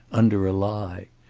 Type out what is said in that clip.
under a lie.